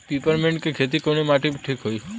Peppermint के खेती कवने माटी पे ठीक होई?